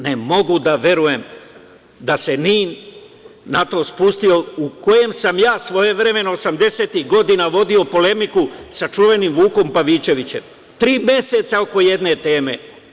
Ne mogu da verujem da se NIN na to spustio, u kom sam ja svojevremeno, osamdesetih godina, vodio polemiku sa čuvenim Vukom Pavićevićem tri meseca oko jedne teme.